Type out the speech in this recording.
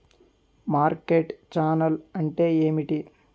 Market channel అంటే ఏమిటి?